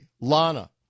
Lana